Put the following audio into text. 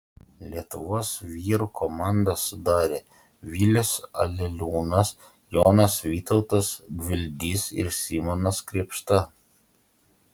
lietuvos vyrų komandą sudarė vilius aleliūnas jonas vytautas gvildys ir simonas krėpšta